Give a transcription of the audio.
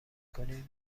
کنید